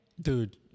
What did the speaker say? Dude